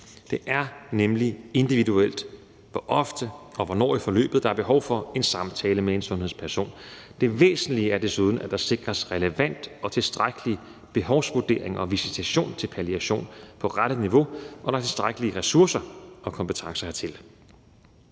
Det er nemlig individuelt, hvor ofte og hvornår i forløbet der er behov for en samtale med en sundhedsperson. Det væsentlige er desuden, at der sikres relevant og tilstrækkelig behovsvurdering og visitation til palliation på rette niveau, og at der er tilstrækkelige ressourcer og kompetencer hertil.